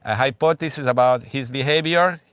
ah hypotheses about his behaviour.